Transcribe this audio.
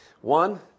One